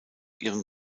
ihrem